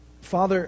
Father